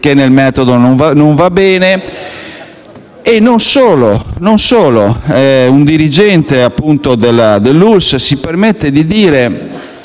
perché il metodo non va bene. E non solo: un dirigente della ULSS si permette di tirare